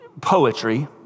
poetry